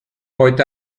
heute